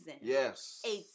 Yes